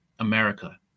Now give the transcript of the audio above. America